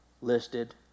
listed